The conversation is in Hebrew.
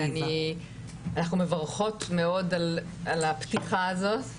אנחנו מברכות מאוד על הפתיחה הזו.